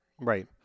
Right